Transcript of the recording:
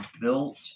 built